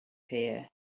here